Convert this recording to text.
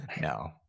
No